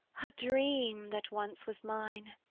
a dream that once was mine!